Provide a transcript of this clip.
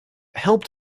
helped